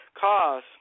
cause